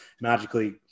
magically